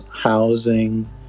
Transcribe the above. housing